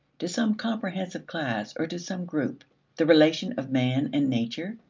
to some comprehensive class, or to some group the relation of man and nature,